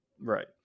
Right